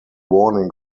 warning